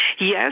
Yes